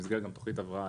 במסגרת תכנית הבראה,